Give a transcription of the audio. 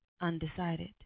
undecided